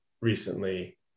recently